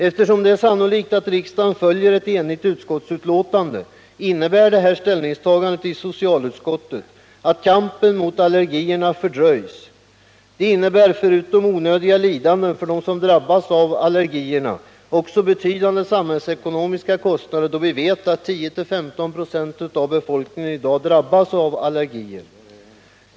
Eftersom det är sannolikt att riksdagen följer ett enigt utskottsbetänkande innebär ställningstagandet i socialutskottet att kampen mot allergierna fördröjs. Det innebär, förutom onödiga lidanden för dem som drabbas av allergierna, också betydande samhällsekonomiska kostnader, då vi vet att 10-15 96 av befolkningen i dag drabbas av allergier.